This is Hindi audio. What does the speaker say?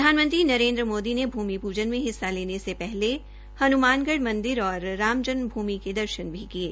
प्रधानमंत्री नरेन्द्र मोदी ने भूमि पूजक में हिस्सा लेने से पहले हुनमानगढ़ मंदिर और राम जन्मभूमि के दर्शन भी किये